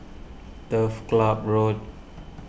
Turf Ciub Road